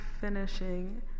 finishing